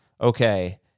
Okay